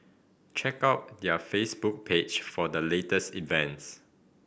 check out their Facebook page for the latest events